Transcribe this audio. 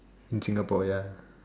in Singapore ya